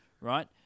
right